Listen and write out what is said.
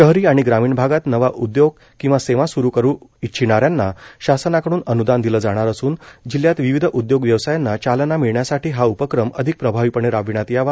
शहरी आणि ग्रामीण भागात नवा उदयोग किंवा सेवा सुरू करू इच्छिणा यांना शासनाकडून अन्दान दिलं जाणार असून जिल्ह्यात विविध उद्योग व्यवसायांना चालना मिळण्यासाठी हा उपक्रम अधिक प्रभावीपणे राबविण्यात यावा